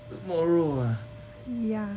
tomorrow ah